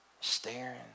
Staring